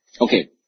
Okay